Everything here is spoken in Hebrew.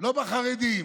לא בחרדים.